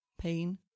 pain